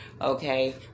Okay